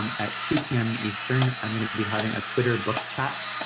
at two p m. eastern, i'm gonna be having a twitter book chat